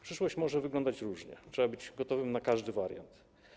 Przyszłość może wyglądać różnie, trzeba być gotowym na każdy wariant.